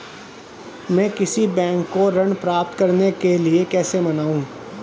मैं किसी बैंक को ऋण प्राप्त करने के लिए कैसे मनाऊं?